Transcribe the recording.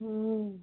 হুম